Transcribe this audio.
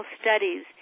studies